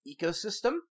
ecosystem